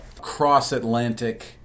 cross-Atlantic